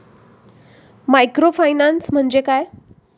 Microfinance म्हणजे काय?